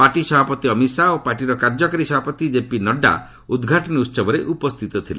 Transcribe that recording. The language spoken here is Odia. ପାର୍ଟି ସଭାପତି ଅମିତ୍ ଶାହା ଓ ପାର୍ଟିର କାର୍ଯ୍ୟକାରୀ ସଭାପତି କେପି ନଡ୍ରା ଉଦ୍ଘାଟନୀ ଉତ୍ସବରେ ଉପସ୍ଥିତ ଥିଲେ